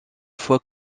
fois